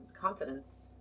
confidence